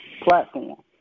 platform